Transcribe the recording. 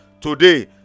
Today